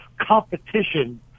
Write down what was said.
Competition